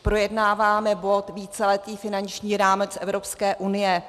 Projednáváme bod víceletý finanční rámec Evropské unie.